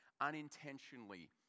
unintentionally